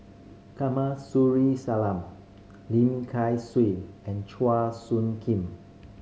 Kamsari Salam Lim Kay Siu and Chua Soo Khim